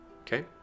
Okay